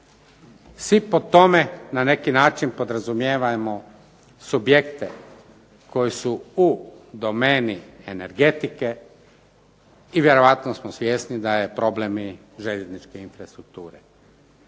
Svi po tome na neki način podrazumijevamo subjekte koji su u domeni energetike i vjerojatno smo svjesni da je problem i željezničke infrastrukture.